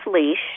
leash